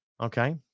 Okay